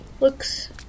looks